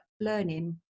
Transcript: learning